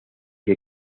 que